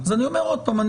אז אני אומר עוד פעם.